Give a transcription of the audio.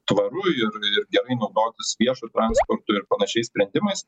tvaru ir ir gerai naudotis viešu transportu ir panašiai sprendimais